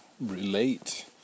relate